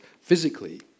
physically